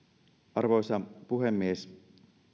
arvoisa puhemies